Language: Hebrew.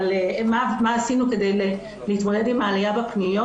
מה עשינו כדי להתמודד עם העלייה בפניות.